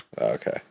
Okay